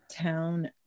town